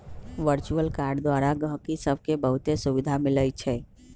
virtual card द्वारा गहकि सभके बहुते सुभिधा मिलइ छै